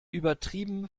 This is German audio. übertrieben